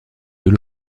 deux